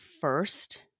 first